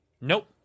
Nope